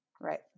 right